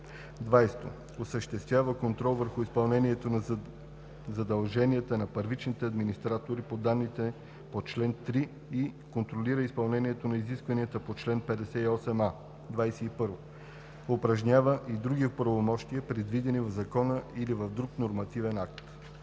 20. осъществява контрол върху изпълнението на задълженията на първичните администратори на данни по чл. 3 и контролира изпълнението на изискванията по чл. 58а; 21. упражнява и други правомощия, предвидени в закон или в друг нормативен акт.“